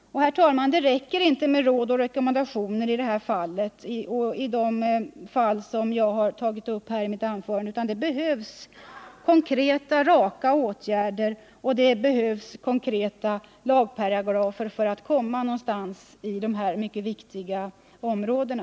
Det räcker inte med råd och rekommendationer i de fall som jag har tagit upp i mitt anförande — det behövs raka åtgärder och konkreta lagparagrafer för att komma någonstans på de här mycket viktiga områdena.